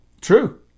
True